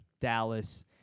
Dallas